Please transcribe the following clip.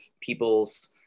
peoples